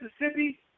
Mississippi